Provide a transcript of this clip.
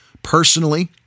Personally